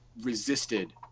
resisted